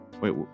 Wait